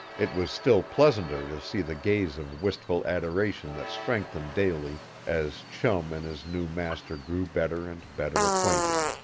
it was still pleasanter to see the gaze of wistful adoration that strengthened daily as chum and his new master grew better and better acquainted.